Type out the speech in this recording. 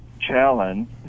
challenge